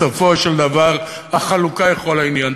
בסופו של דבר החלוקה היא כל העניין.